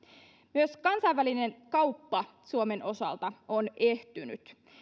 myös kansainvälinen kauppa suomen osalta on ehtynyt